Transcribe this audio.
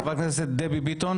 חברת הכנסת דבי ביטון